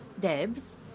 Debs